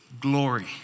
glory